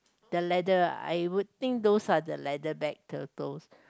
the leather uh I would think those are the leatherback turtles